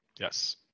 Yes